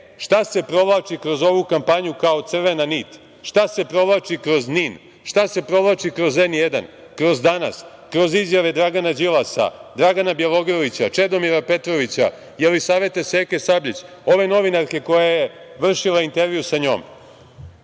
Šta se provlači kroz ovu kampanju kao crvena nit? Šta se provlači kroz NIN? Šta se provlači kroz N1, kroz „Danas“, kroz izjave Dragana Đilasa, Dragana Bjelogrlića, Čedomira Petrovića, Jelisavete Seke Sabljić, ove novinarke koja je vršila intervju sa njom?